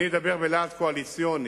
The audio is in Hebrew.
אני אדבר בלהט קואליציוני.